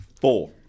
Four